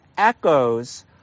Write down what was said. Echoes